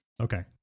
Okay